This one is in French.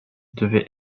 devait